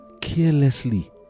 carelessly